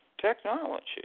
technology